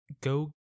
go